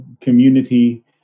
community